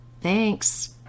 Thanks